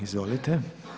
Izvolite.